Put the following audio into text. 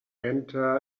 enter